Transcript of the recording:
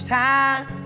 time